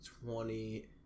twenty